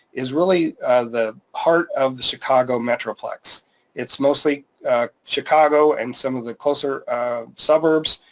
is really the heart of the chicago metroplex. it's mostly chicago and some of the closer suburbs,